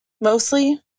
mostly